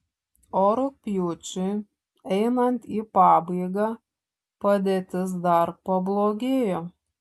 o rugpjūčiui einant į pabaigą padėtis dar pablogėjo